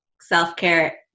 self-care